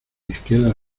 izquierda